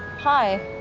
hi.